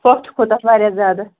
پھۅکھ تہِ کھوٚت اَتھ واریاہ زیادٕ